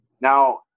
Now